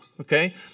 Okay